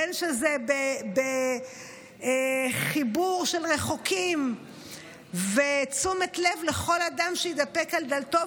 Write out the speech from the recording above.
בין שזה בחיבור של רחוקים ותשומת לב לכל אדם שהתדפק על דלתו,